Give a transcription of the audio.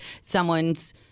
Someone's